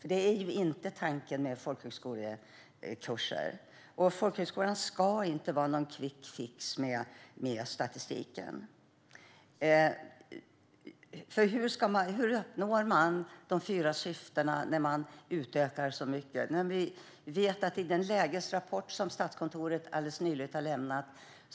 Detta är ju inte tanken med folkhögskolekurser. Folkhögskolan ska inte vara en quickfix för statistiken. Hur uppnår man de fyra syftena när man gör en så stor utökning av antalet platser? Statskontoret lämnade alldeles nyligen en lägesrapport.